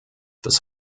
das